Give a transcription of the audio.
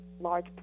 large